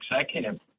executive